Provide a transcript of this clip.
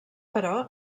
però